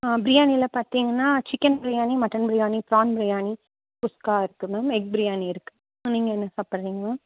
பிரியாணியில பார்த்திங்கன்னா chicken biryani mutton biryani prawn biryani குஸ்கா இருக்கு மேம் எக் பிரியாணி இருக்கு மேம் நீங்கள் என்ன சாப்பிட்றிங்க